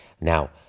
Now